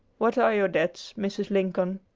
what are your debts, mrs. lincoln?